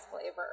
flavor